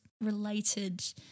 related